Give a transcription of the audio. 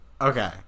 okay